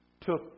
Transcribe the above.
took